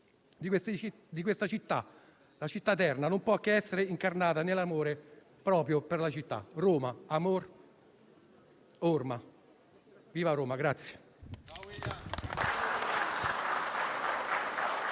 di questa città, la Città eterna, non può che essere incarnata nell'amore proprio per la città: Roma, amor, orma. Viva Roma!